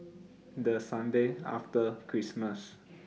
The Sunday after Christmas